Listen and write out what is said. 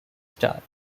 start